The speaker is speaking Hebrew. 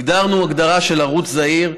הגדרנו הגדרה של ערוץ זעיר,